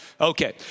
Okay